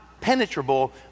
penetrable